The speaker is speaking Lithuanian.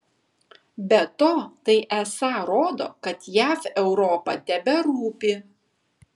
be to tai esą rodo kad jav europa teberūpi